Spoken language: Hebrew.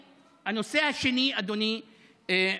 אדוני,